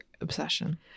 obsession